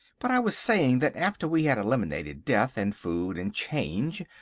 but i was saying that after we had eliminated death, and food, and change,